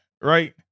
right